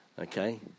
Okay